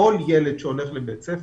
כל ילד שהולך לבית ספר,